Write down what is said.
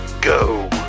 go